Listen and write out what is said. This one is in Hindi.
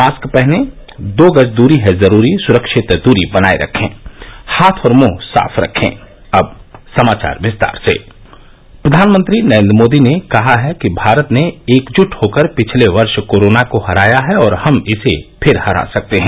मास्क पहनें दो गज दूरी है जरूरी सुरक्षित दूरी बनाये रखें हाथ और मुंह साफ रखे प्रधानमंत्री नरेन्द्र मोदी ने कहा है कि भारत ने एकजुट होकर पिछले वर्ष कोरोना को हराया है और हम इसे फिर हरा सकते हैं